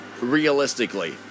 Realistically